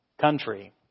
country